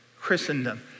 Christendom